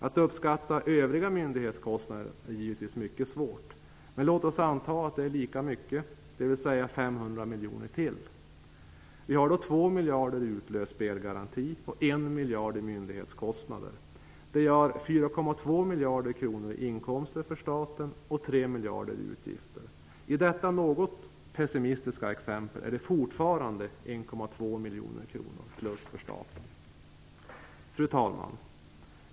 Att uppskatta storleken på övriga myndighetskostnader är givetvis mycket svårt, men låt oss anta att det är lika mycket, dvs. 500 miljoner till. Vi har då 2 miljarder i utlöst spelgaranti och 1 miljard i myndighetskostnader. Det gör 4,2 miljarder kronor i inkomster för staten och 3 miljarder utgifter. I detta något pessimistiska exempel är det fortfarande Fru talman!